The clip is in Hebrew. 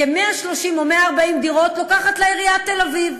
כ-130 או 140 דירות לוקחת לה עיריית תל-אביב.